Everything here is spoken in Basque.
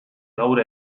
gaur